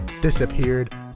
disappeared